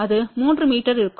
அது 3 மீட்டர் இருக்கும்